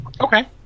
okay